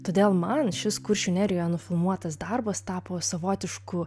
todėl man šis kuršių nerijoje nufilmuotas darbas tapo savotišku